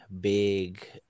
big